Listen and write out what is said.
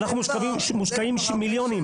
אנחנו מושקעים במיליונים.